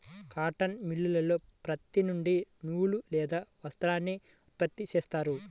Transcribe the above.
cotton మిల్లులో పత్తి నుండి నూలు లేదా వస్త్రాన్ని ఉత్పత్తి చేస్తారు